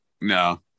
No